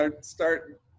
start